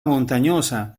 montañosa